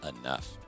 enough